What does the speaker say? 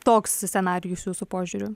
toks scenarijus jūsų požiūriu